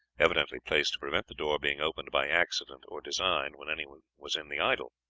evidently placed to prevent the door being opened by accident or design when anyone was in the idol.